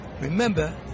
Remember